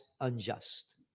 unjust